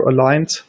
aligned